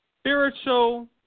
spiritual